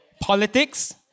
politics